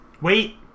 Wait